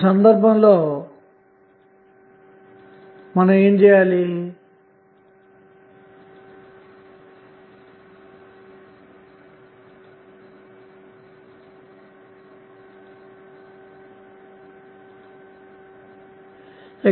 ఈ సందర్భంలో ఏమి జరుగుతుంది